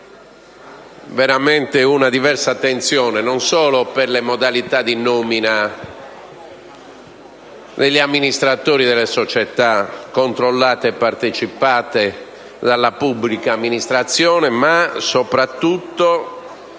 veramente una diversa attenzione e non solo per le modalità di nomina degli amministratori delle società controllate e partecipate dalla pubblica amministrazione, ma soprattutto